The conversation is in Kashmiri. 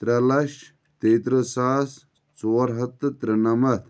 ترٛےٚ لچھ تیٚیہِ ترٕہ ساس ژور ہَتھ تہٕ ترونمتھ